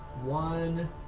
One